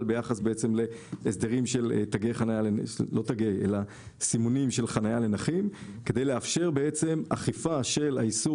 ביחס להסדרים של סימוני חניה לנכים כדי לאפשר אכיפה של האיסור